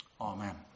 Amen